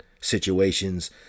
situations